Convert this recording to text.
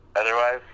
otherwise